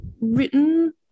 written